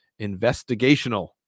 investigational